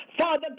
Father